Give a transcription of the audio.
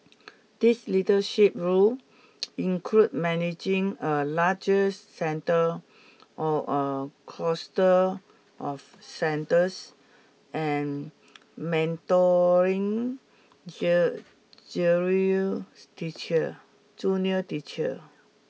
these leadership roles include managing a larger centre or a cluster of centres and mentoring teacher junior teachers